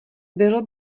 bylo